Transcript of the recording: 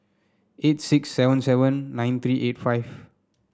eight six seven seven nine three eight five